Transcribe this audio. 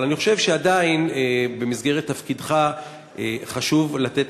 אבל אני חושב שעדיין במסגרת תפקידך חשוב לתת